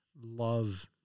love